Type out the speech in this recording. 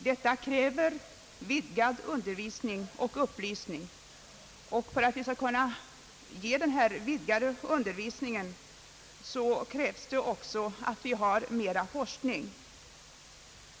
Detta kräver vidgad undervisning och upplysning, och den ökade undervisningen förutsätter även att vi har mera forskning.